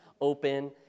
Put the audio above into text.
open